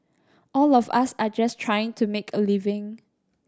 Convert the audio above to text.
all of us are just trying to make a living